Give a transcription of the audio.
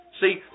See